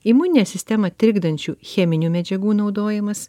imuninę sistemą trikdančių cheminių medžiagų naudojimas